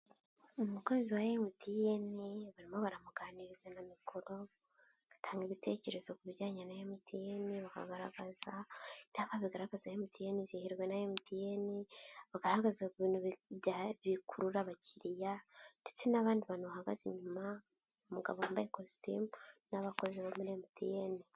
Umukozi wa MTN, barimo baramuganiriza na mikoro, batanga ibitekerezo ku bijyanye na MTN, bakagaragaza ibyapa bigaragaza MTN, izihirwe na MTN, bagaragaza ku bintu bya bikurura abakiriya ndetse n'abandi bantu bahagaze inyuma, umugabo wambaye ikositimu n'abakozi bo muri MTN.